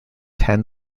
ten